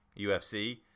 UFC